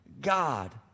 God